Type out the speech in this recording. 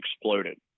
exploded